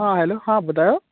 हा हेल्लो हा ॿुधायो